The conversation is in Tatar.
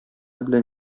белән